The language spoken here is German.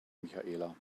michaela